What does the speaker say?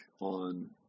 on